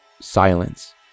silence